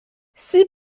six